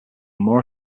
more